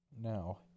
Now